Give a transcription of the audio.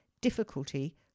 difficulty